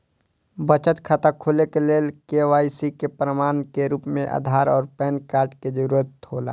बचत खाता खोले के लेल के.वाइ.सी के प्रमाण के रूप में आधार और पैन कार्ड के जरूरत हौला